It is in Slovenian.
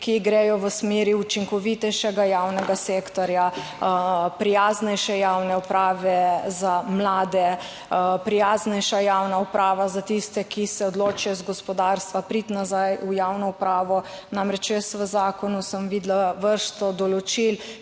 ki gredo v smeri učinkovitejšega javnega sektorja, prijaznejše javne uprave za mlade, prijaznejša javna uprava za tiste, ki se odločijo iz gospodarstva priti nazaj v javno upravo. Namreč, jaz v zakonu sem videla vrsto določil,